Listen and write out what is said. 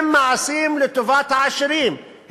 הם מעשים לטובת העשירים,